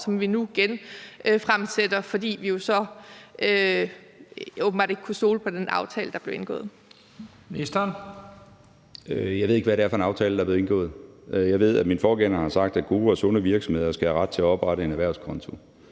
(Leif Lahn Jensen): Ministeren. Kl. 16:29 Erhvervsministeren (Morten Bødskov): Jeg ved ikke, hvad det er for en aftale, der blev indgået. Jeg ved, at min forgænger har sagt, at gode og sunde virksomheder skal have ret til at oprette en erhvervskonto.